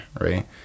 right